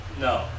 No